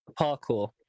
parkour